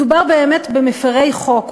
מדובר באמת במפרי חוק,